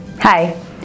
Hi